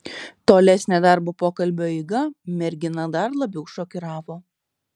tolesnė darbo pokalbio eiga merginą dar labiau šokiravo